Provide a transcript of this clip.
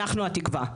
אנחנו התקווה",